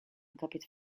copied